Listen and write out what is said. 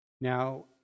Now